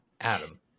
Adam